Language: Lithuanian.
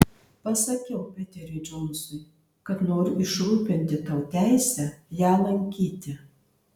pasakiau peteriui džonsui kad noriu išrūpinti tau teisę ją lankyti